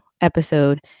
episode